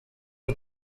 bwo